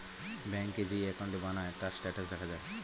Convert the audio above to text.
ব্যাংকে যেই অ্যাকাউন্ট বানায়, তার স্ট্যাটাস দেখা যায়